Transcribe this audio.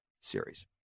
series